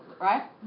right